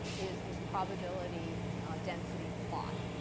is this probability density plot.